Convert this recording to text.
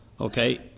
okay